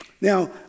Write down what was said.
Now